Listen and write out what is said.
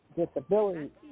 disability